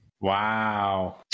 Wow